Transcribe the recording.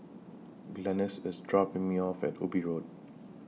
Glennis IS dropping Me off At Ubi Road